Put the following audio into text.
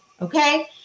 okay